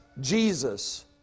Jesus